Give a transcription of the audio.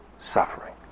suffering